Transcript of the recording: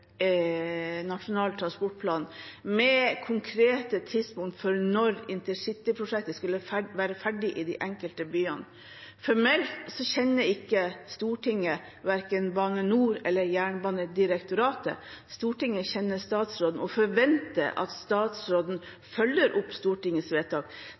Nasjonal transportplan, med konkrete tidspunkter for når intercityprosjektet skulle være ferdig i de enkelte byene. Formelt kjenner ikke Stortinget verken Bane NOR eller Jernbanedirektoratet, Stortinget kjenner statsråden og forventer at statsråden følger opp Stortingets vedtak.